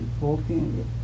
walking